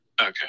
Okay